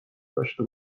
داشته